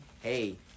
hey